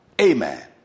amen